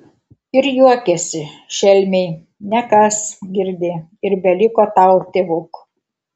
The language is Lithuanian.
ir juokėsi šelmiai nekas girdi ir beliko tau tėvuk